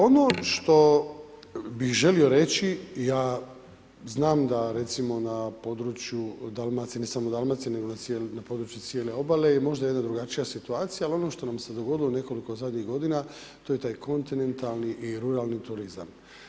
Ono što bih želio reći, ja znam da recimo na području Dalmacije, ne samo Dalmacije, nego na području cijele obale je možda jedna drugačija situacije, ali ono što nam se dogodilo u nekoliko zadnjih godina to je taj kontinentalni i ruralni turizam.